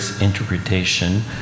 interpretation